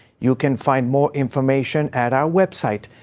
you can find more information at our website,